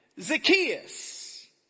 Zacchaeus